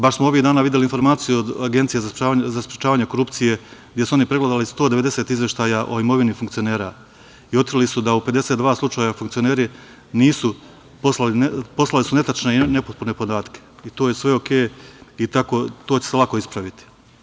Baš smo ovih dana videli informaciju od Agencije za sprečavanje korupcije, gde su oni pregledali 190 izveštaja o imovini funkcionera i otkrili su da u 52 slučaja funkcioneri su poslali netačne i nepotpune podatke i to je sve u redu i to će se lako ispraviti.